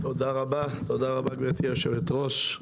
תודה רבה, גברתי יושבת הראש.